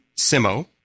Simo